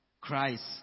Christ